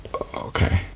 Okay